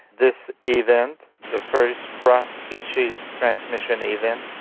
this event, the first cross-species transmission event,